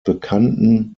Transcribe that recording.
bekannten